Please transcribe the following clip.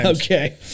Okay